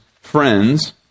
friends